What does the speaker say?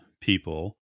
people